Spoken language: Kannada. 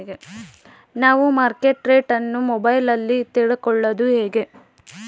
ನಾವು ಮಾರ್ಕೆಟ್ ರೇಟ್ ಅನ್ನು ಮೊಬೈಲಲ್ಲಿ ತಿಳ್ಕಳೋದು ಹೇಗೆ?